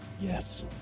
Yes